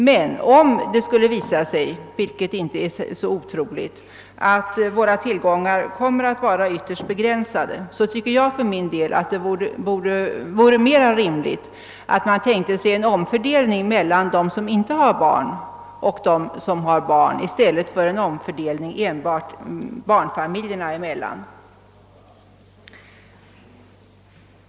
Men om det skulle visa sig — vilket inte är otroligt — att våra tillgångar kommer att bli mycket begränsade, tycker jag för min del att det vore mera rimligt att tänka sig en omfördelning mellan dem som inte har några barn och dem som har barn i stället för en omfördelning enbart barnfamiljerna emellan.